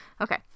Okay